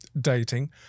dating